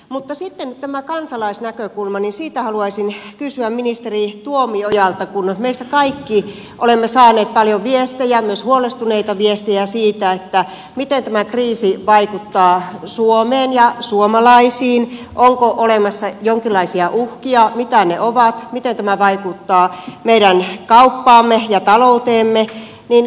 mutta sitten tästä kansalaisnäkökulmasta haluaisin kysyä ministeri tuomiojalta kun me kaikki olemme saaneet paljon viestejä myös huolestuneita viestejä siitä miten tämä kriisi vaikuttaa suomeen ja suomalaisiin onko olemassa jonkinlaisia uhkia mitä ne ovat ja miten tämä vaikuttaa meidän kauppaamme ja talouteemme